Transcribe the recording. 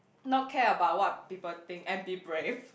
not care about what people think and be brave